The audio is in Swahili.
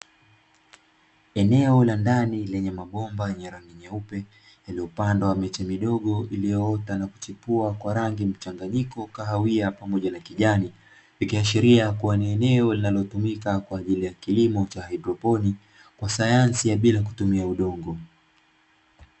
Eneo la ndani lenye mabomba ya rangi nyeupe yanayopandwa miche midogo iliyoota na kuchipua kwa rangi mchanganyiko kahawia pamoja na kijani, ikiashiria kuwa ni eneo linalotumika kwa ajili ya kilimo cha haidroponi kwa sayansi ya bila kutumia udongo.